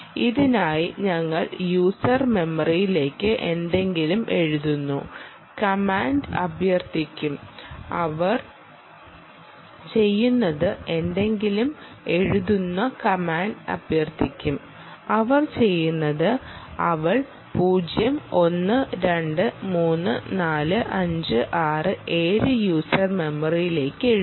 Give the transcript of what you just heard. ഇതിനായി ഞങ്ങൾ യൂസർ മെമ്മറിയിലേക്ക് എന്തെങ്കിലും എഴുതുന്ന കമാൻഡ് അഭ്യർത്ഥിക്കും അവൾ ചെയ്യുന്നത് അവൾ 0 1 2 3 4 5 6 7 യൂസർ മെമ്മറിയിലേക്ക് എഴുതുന്നു